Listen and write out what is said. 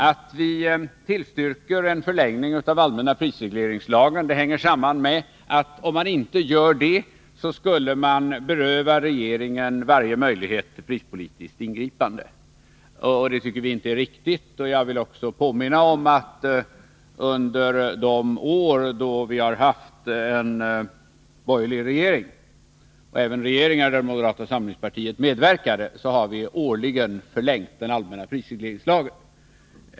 Att vi tillstyrker en förlängning av allmänna prisregleringslagen hänger samman med att man eljest skulle beröva regeringen varje möjlighet till prispolitiskt ingripande, och det tycker vi inte är riktigt. Jag vill också påminna om att vi under de år då vi haft en borgerlig regering — och även regeringar där moderata samlingspartiet medverkade — årligen förlängt den allmänna prisregleringslagen.